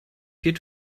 peer